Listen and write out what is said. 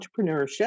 entrepreneurship